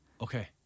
okay